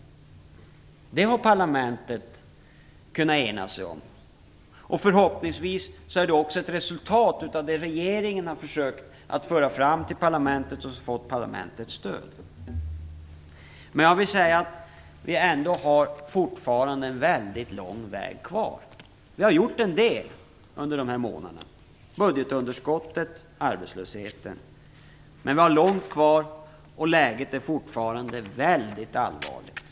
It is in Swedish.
Detta har riksdagen kunnat ena sig om. Förhoppningsvis är det också ett resultat av det som regeringen har försökt föra fram till riksdagen och fått dennas stöd för. Jag vill ändå säga att vi fortfarande har en mycket lång väg kvar. Vi har gjort en del under dessa månader med budgetunderskottet och arbetslösheten, men vi har långt kvar, och läget är fortfarande väldigt allvarligt.